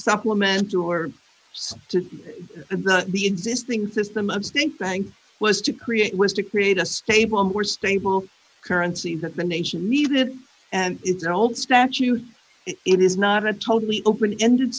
supplement to or to the existing system of think tank was to create was to create a stable a more stable currency that the nation needed and it's an old statute it is not a totally open ended